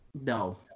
No